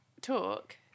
talk